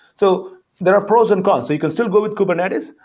so there are pros and cons. you can still go with kubernetes,